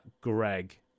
Greg